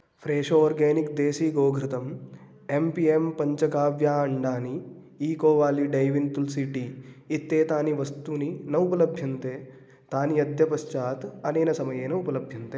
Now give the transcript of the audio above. Fresho organic desi गोघृतम् एं पि एं पञ्चकाव्या अण्डानि ईको वाली डैविन् तुल्सि टी इत्येतानि वस्तूनि न उपलभ्यन्ते तानि अद्यपश्चात् अनेन समयेन उपलभ्यन्ते